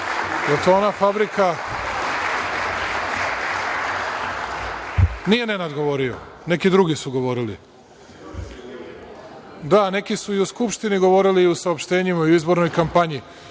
Jel to ona fabrika? Nije Nenad govorio, neki drugi su govorili. Da, neki su i o Skupštini govorili i u saopštenjima o izbornoj kampanji.